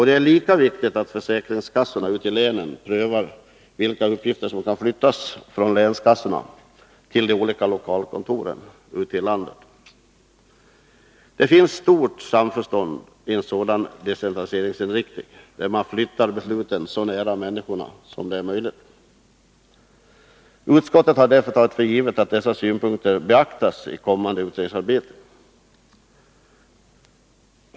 Det är lika viktigt att försäkringskassorna ute i länen prövar vilka uppgifter som kan flyttas från länskassorna till de olika lokalkontoren ute i landet. Det finns ett stort samförstånd om en sådan decentraliseringsinriktning, där man flyttar besluten så nära människorna som möjligt. Utskottet har därför tagit för givet att dessa synpunkter beaktas i kommande utredningsarbete.